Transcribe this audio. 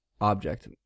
object